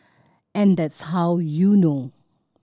and that's how you know